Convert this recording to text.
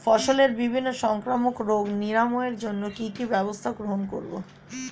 ফসলের বিভিন্ন সংক্রামক রোগ নিরাময়ের জন্য কি কি ব্যবস্থা গ্রহণ করব?